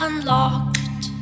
Unlocked